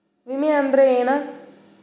ವಿಮೆ ಅಂದ್ರೆ ಏನ?